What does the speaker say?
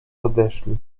odeszli